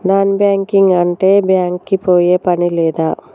Non banking అంటే bank కి పోయే పని లేదా?